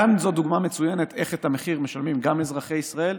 כאן זו דוגמה מצוינת איך את המחיר משלמים גם אזרחי ישראל,